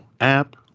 app